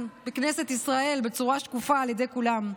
בכנסת ישראל בצורה שקופה על ידי כולם.